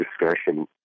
discussion